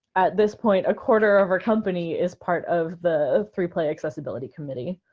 at this point, a quarter of our company is part of the three play accessibility committee.